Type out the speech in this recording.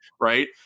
right